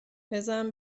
بزن